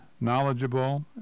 knowledgeable